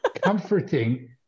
comforting